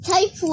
Type